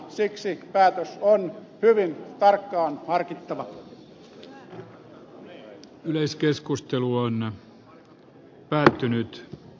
siksi päätös on hyvin tarkkaan harkittava